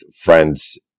friends